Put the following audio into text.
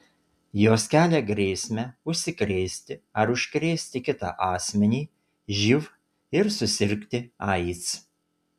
jos kelia grėsmę užsikrėsti ar užkrėsti kitą asmenį živ ir susirgti aids